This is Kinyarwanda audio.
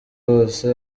hose